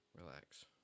Relax